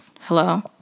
Hello